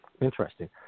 interesting